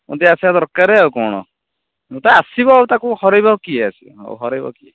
ମୋଦୀ ଆସିବା ଦରକାରେ ଆଉ କ'ଣ ମୋଦୀ ଆସିବ ତାକୁ ହରାଇବ କିଏ ସେ ଆଉ ହରେଉବ କିଏ